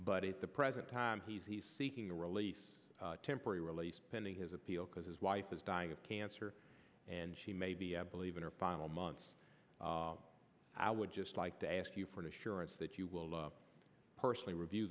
but at the present time he's he's seeking a release temporary released pending his appeal because his wife is dying of cancer and she may be i believe in her final months i would just like to ask you for an assurance that you will personally review